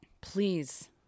Please